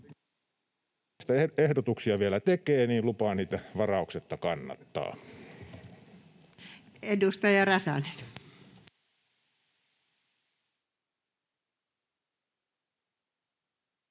ehdotuksia vielä tekee, niin lupaan niitä varauksetta kannattaa. [Speech